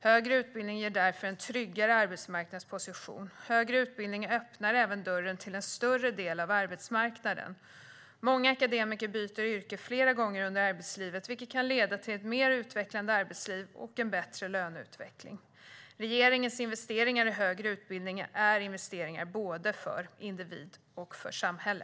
Högre utbildning ger därför en tryggare arbetsmarknadsposition. Högre utbildning öppnar även dörren till en större del av arbetsmarknaden. Många akademiker byter yrke flera gånger under arbetslivet, vilket kan leda till ett mer utvecklande arbetsliv och bättre löneutveckling. Regeringens investeringar i högre utbildning är investeringar både för individ och för samhälle.